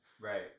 right